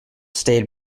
stayed